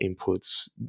inputs